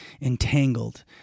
entangled